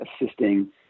assisting